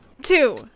Two